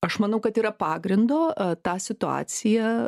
aš manau kad yra pagrindo tą situaciją